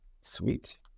Sweet